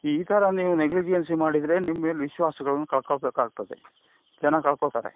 ಈ ಥರ ನೀವು ನೆಗ್ಲಿಜಿಯೆನ್ಸಿ ಮಾಡಿದರೆ ನಿಮ್ಮ ಮೇಲೆ ವಿಶ್ವಾಸ್ಗಳನ್ನು ಕಳ್ಕೊಳ್ಬೇಕಾಗ್ತದೆ ಜನ ಕಳ್ಕೊಳ್ತಾರೆ